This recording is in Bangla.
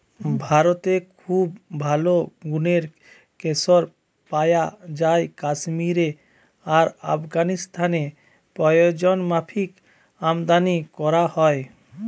ভারতে খুব ভালো গুনের কেশর পায়া যায় কাশ্মীরে আর আফগানিস্তানে প্রয়োজনমাফিক আমদানী কোরা হয়